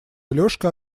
алешка